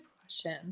question